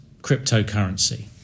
cryptocurrency